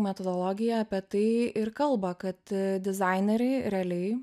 metodologija apie tai ir kalba kad dizaineriai realiai